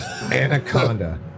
Anaconda